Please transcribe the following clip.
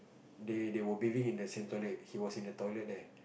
they they were bathing in the same toilet he was in the toilet there